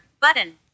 button